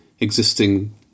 existing